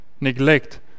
Neglect